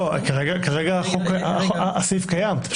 כרגע הסעיף קיים.